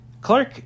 Clark